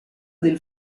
del